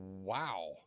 Wow